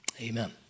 Amen